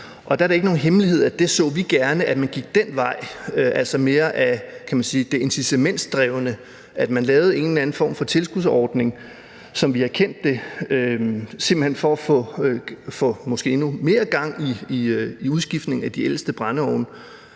der er det ikke nogen hemmelighed, at vi gerne så, at man gik den vej, altså mere af det incitamentsdrevne, og at man lavede en eller anden form for tilskudsordning, som vi har kendt det, simpelt hen for måske at få endnu mere gang i udskiftningen af de ældste brændeovne,